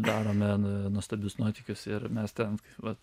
darome nuostabius nuotykius ir mes ten vat